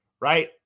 right